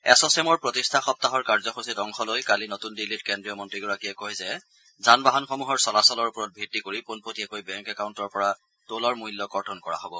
এছ'ছেমৰ প্ৰতিষ্ঠা সপ্তাহৰ কাৰ্যসূচীত অংশ লৈ কালি নতুন দিল্লীত কেন্দ্ৰীয় মন্ত্ৰীগৰাকীয়ে কয় যে যান বাহনসমূহৰ চলাচলৰ ওপৰত ভিডি কৰি পোনপটীয়াকৈ বেংক একাউণ্টৰ পৰা টোলৰ মূল্য কৰ্তন কৰা হব